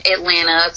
Atlanta